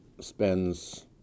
spends